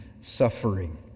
suffering